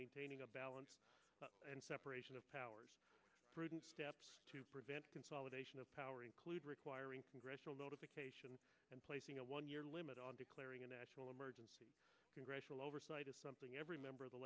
maintaining a balance and separation of powers prudent steps to prevent consolidation of power include requiring congressional notification and placing a one year limit on declaring a national emergency congressional oversight is something every member of the